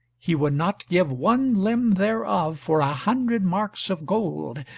he would not give one limb thereof for a hundred marks of gold,